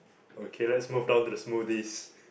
okay let's move down to the smoothies